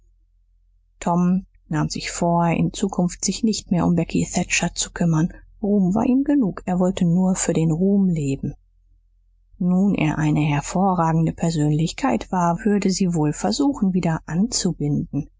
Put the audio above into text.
tom nahm sich vor in zukunft sich nicht mehr um becky thatcher zu kümmern ruhm war ihm genug er wollte nur für den ruhm leben nun er eine hervorragende persönlichkeit war würde sie wohl versuchen wieder anzubinden